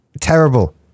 terrible